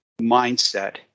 mindset